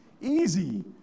easy